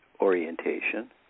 orientation